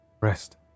Rest